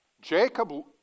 Jacob